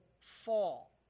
fall